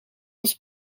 was